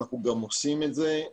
אנחנו גם עושים את זה.